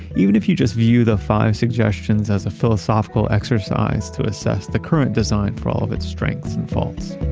even if you just view the five suggestions as a philosophical exercise to assess the current design for all of its strengths and faults